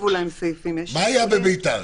בביתר?